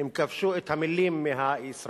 הם כבשו את המלים מהישראלים,